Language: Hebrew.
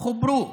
חוברו